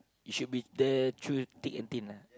it should be there through thick and thin lah